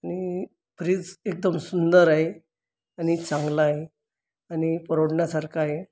आणि फ्रिज एकदम सुंदर आहे आणि चांगला आहे आणि परवडण्यासारखा आहे